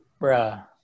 Bruh